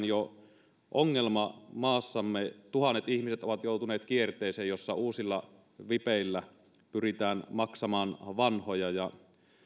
jo pitkään ongelma maassamme tuhannet ihmiset ovat joutuneet kierteeseen jossa uusilla vipeillä pyritään maksamaan vanhoja ja